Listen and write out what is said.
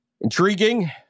intriguing